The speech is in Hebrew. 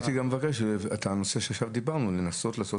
והייתי מבקש גם את הנושא שעכשיו דיברנו: לנסות לעשות